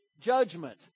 judgment